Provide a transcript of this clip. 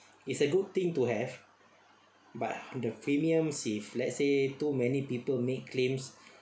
it's a good thing to have but the premiums if let's say too many people make claims